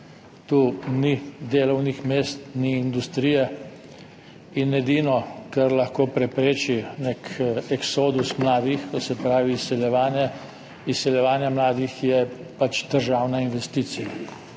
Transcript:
Tu ni delovnih mest, ni industrije in edino, kar lahko prepreči nek eksodus mladih, to se pravi izseljevanje, izseljevanje mladih, je pač državna investicija.